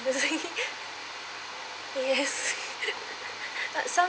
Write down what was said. yes but some